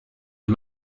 the